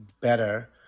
better